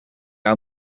jou